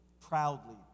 proudly